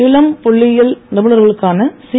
இளம் புள்ளியியல் நிபுணர்களுக்கான சி